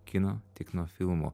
kino tik nuo filmo